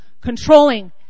Controlling